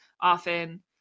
often